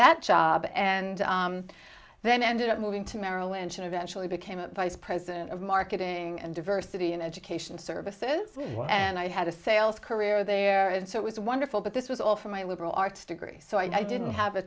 that job and then i ended up moving to merrill lynch and eventually became a vice president of marketing and diversity in education services and i had a sales career there in so it was wonderful but this was all from a liberal arts degree so i didn't have a